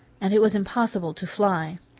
and it was impossible to fly.